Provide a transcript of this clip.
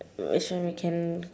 which one we can